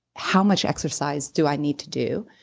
how much exercise do i need to do,